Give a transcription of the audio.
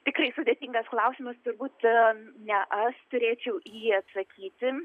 tikrai sudėtingas klausimas turbūt ne aš turėčiau į jį atsakyti